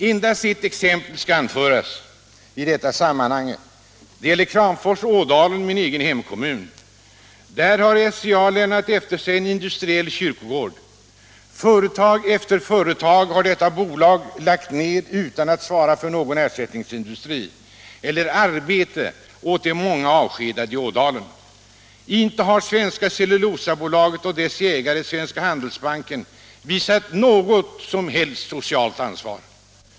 Endast ett exempel skall anföras i detta sammanhang; det gäller Ådalen, min egen hemkommun. Där har SCA lämnat efter sig en industriell kyrkogård. Företag efter företag har detta bolag lagt ned utan att svara för någon ersättningsindustri eller arbete åt de många avskedade i Ådalen. Inte har Svenska Cellulosa Aktiebolaget och dess ägare Svenska Handelsbanken visat något socialt ansvar.